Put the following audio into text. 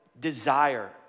desire